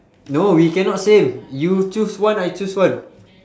no we cannot same you choose one I choose one